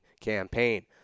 campaign